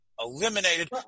Eliminated